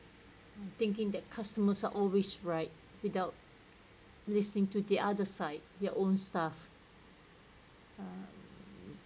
thinking that customers are always right without listening to the other side your own staff